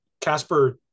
Casper